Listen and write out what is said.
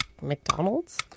McDonald's